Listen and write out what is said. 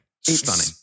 Stunning